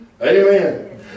amen